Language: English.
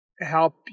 help